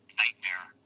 nightmare